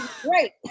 great